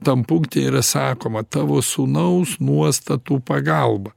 tam punkte yra sakoma tavo sūnaus nuostatų pagalba